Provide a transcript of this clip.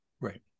right